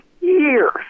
years